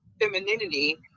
femininity